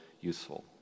useful